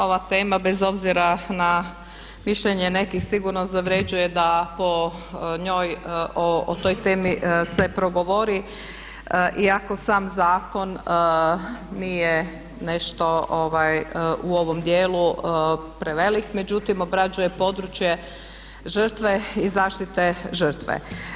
Ova tema bez obzira na mišljenje nekih sigurno zavređuje da o njoj, o toj temi se progovori iako sam zakon nije nešto u ovom dijelu prevelik međutim obrađuje područje žrtve i zaštite žrtve.